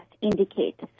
indicate